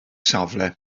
safle